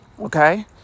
Okay